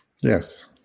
Yes